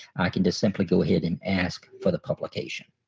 i can just simply go ahead and ask for the publication.